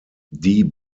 die